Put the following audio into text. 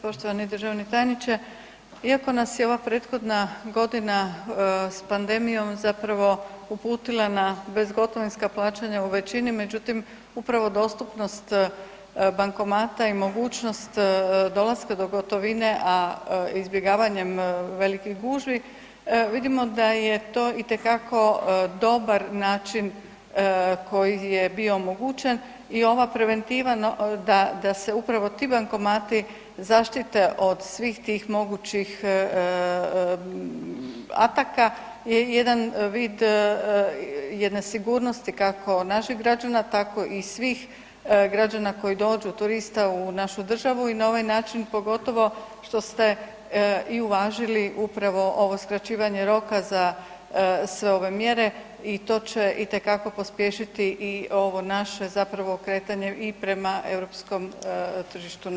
Poštovani državni tajniče, iako nas je ova prethodna godina s pandemijom zapravo uputila na bezgotovinska plaćanja u većini, međutim upravo dostupnost bankomata i mogućnost dolaska do gotovine a izbjegavanjem velikih gužvi, vidimo da je to itekako dobar način koji je bio omogućen i ova preventiva da se upravo ti bankomati zaštite od svih tih mogućih ataka je jedan vid jedne sigurnosti kako naših građana, tako i svih građana koji dođu, turista u našu državu i na ovaj način pogotovo što ste i u važili upravo ovo skraćivanje roka za sve ove mjere i to će itekako pospješiti i ovo naše kretanje i prema europskom tržištu novca.